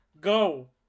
GO